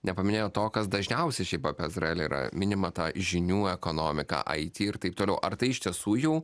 nepaminėjot to kas dažniausiai šiaip apie izraelį yra minima ta žinių ekonomika it ir taip toliau ar tai iš tiesų jų